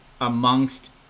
amongst